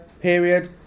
period